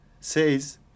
says